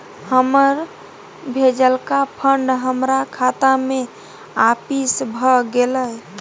हमर भेजलका फंड हमरा खाता में आपिस भ गेलय